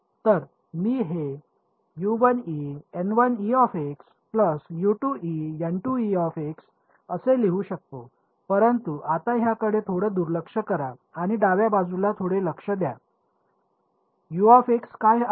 तर मी हे असे लिहू शकतो परंतु आता ह्याकडे थोडं दुर्लक्ष्य करा आणि डाव्या बाजूला थोडेसे लक्ष द्या काय आहे